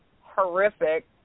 horrific